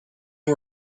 you